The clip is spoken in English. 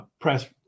press